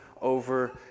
over